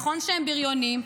נכון שהם בריונים,